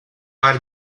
are